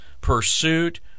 pursuit